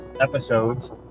episodes